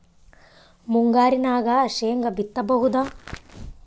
ಮುಂಗಾರಿನಾಗ ಶೇಂಗಾ ಬಿತ್ತಬಹುದಾ?